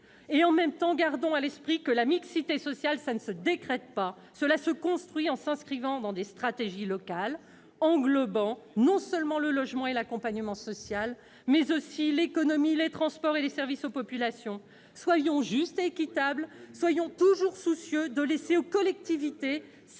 En même temps, gardons à l'esprit que la mixité sociale ne se décrète pas ; cela se construit en s'inscrivant dans des stratégies locales englobant non seulement le logement et l'accompagnement social, mais aussi l'économie, les transports et les services aux populations. Soyons justes et équitables. Faisons confiance aux collectivités